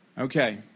Okay